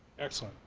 excellent,